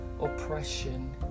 oppression